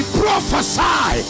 prophesy